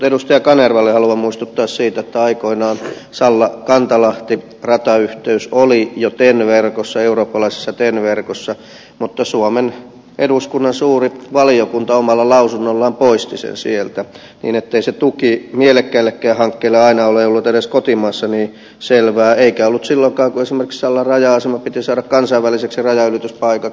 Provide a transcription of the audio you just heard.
edustaja kanervaa haluan muistuttaa siitä että aikoinaan sallakantalahti ratayhteys oli jo ten verkossa eurooppalaisessa ten verkossa mutta suomen eduskunnan suuri valiokunta omalla lausunnollaan poisti sen sieltä niin ettei se tuki mielekkäällekään hankkeelle aina ole ollut edes kotimaassa niin selvää eikä ollut silloinkaan kun esimerkiksi sallan raja asema piti saada kansainväliseksi rajanylityspaikaksi